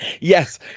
Yes